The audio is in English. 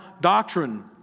doctrine